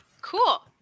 Cool